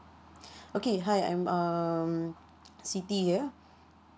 okay hi I'm um siti here